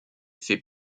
faits